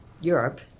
Europe